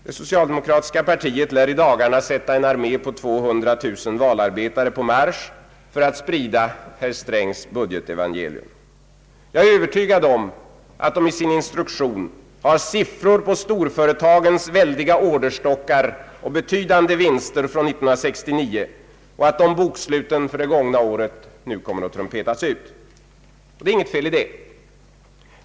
Det socialdemokratiska partiet lär i dagarna sätta en armé på 200 000 valarbetare på marsch för att sprida herr Strängs budgetevangelium. Jag är övertygad om att de i sin instruktion har siffror på storföretagens väldiga orderstockar och betydande vinster från 1969 och att de boksluten för det gångna året nu kommer att trumpetas ut — det är inget fel i det.